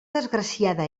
desgraciada